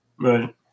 Right